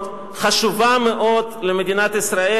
מאוד למדינת ישראל,